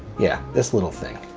yeah this little thing.